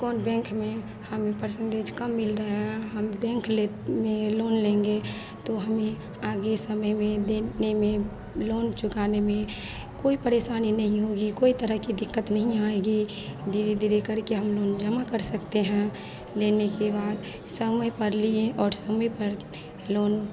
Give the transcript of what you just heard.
कौन बैंख में हमें पर्सेन्टेज कम मिल रहे हैं हम बैंक में लोन लेंगे तो हमें आगे समय में देने में लोन चुकाने में कोई परेशानी नहीं होगी कोई तरह की दिक़्क़त नहीं आएगी धीरे धीरे करके हम लोन जमा कर सकते हैं लेने के बाद समय पर लिए और समय पर लोन